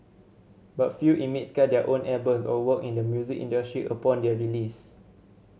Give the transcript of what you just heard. but few inmates cut their own album or work in the music industry upon their release